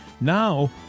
Now